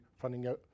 funding